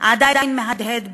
עדיין מהדהד בראשי: